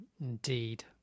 Indeed